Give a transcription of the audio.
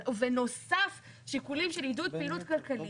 אבל נוסף שיקולים של עידוד פעילות כלכלית,